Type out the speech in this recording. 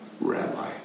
Rabbi